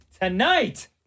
tonight